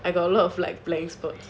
I got a lot of like playing sports